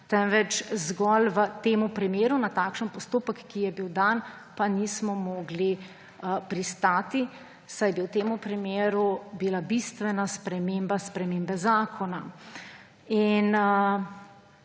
temveč zgolj v tem primeru, na takšen postopek, ki je bil dan, pa nismo mogli pristati, saj bi v tem primeru bila bistvena sprememba spremembe zakona.